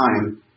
time